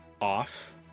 off